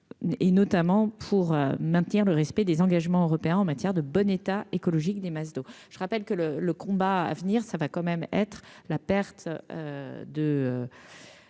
et notamment pour maintenir le respect des engagements européens en matière de bon état écologique des masses d'eau, je rappelle que le le combat à venir, ça va quand même être la perte de